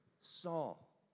Saul